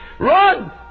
Run